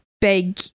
big